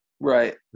Right